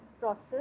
process